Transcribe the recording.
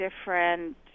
different